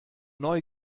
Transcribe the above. neu